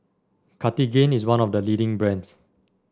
Cartigain is one of the leading brands